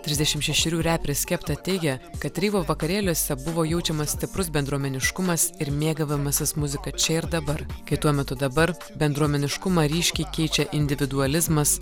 trisdešim šešerių reperis skepta teigia kad reivo vakarėliuose buvo jaučiamas stiprus bendruomeniškumas ir mėgavimasis muzika čia ir dabar kai tuo metu dabar bendruomeniškumą ryškiai keičia individualizmas